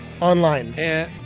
online